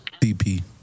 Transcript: DP